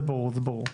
זה ברור.